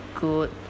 good